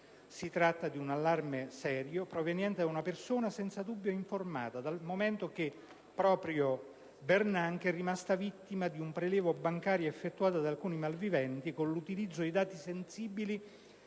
Si tratta di un allarme serio, proveniente da una persona senza dubbio informata, dal momento che proprio Bernanke è rimasto vittima di un prelievo bancario effettuato da alcuni malviventi con l'utilizzo di dati sensibili